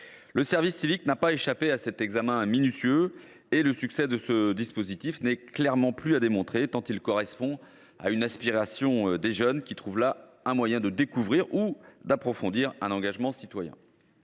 Le service civique n’a pas échappé à son examen minutieux. Le succès de ce dispositif n’est plus à démontrer : il correspond à une aspiration des jeunes, qui y trouvent un moyen de découvrir ou d’approfondir un engagement citoyen.